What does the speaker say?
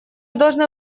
должны